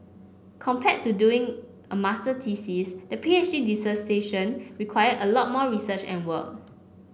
compared to doing a masters thesis the P H D dissertation required a lot more research and work